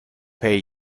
pay